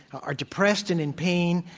are depressed and in pain,